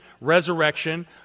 resurrection